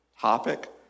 topic